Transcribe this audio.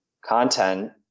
content